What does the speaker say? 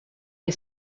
est